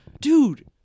dude